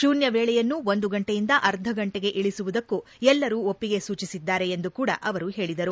ಶೂನ್ಯ ವೇಳೆಯನ್ನು ಒಂದು ಗಂಟೆಯಿಂದ ಅರ್ಧ ಗಂಟೆಗೆ ಇಳಿಸುವುದಕ್ಕೂ ಎಲ್ಲರೂ ಒಪ್ಪಿಗೆ ಸೂಚಿಸಿದ್ದಾರೆ ಎಂದು ಕೂಡ ಅವರು ಹೇಳಿದರು